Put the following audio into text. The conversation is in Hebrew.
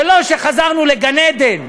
זה לא שחזרנו לגן-עדן,